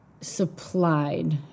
supplied